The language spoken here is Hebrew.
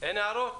אין הערות?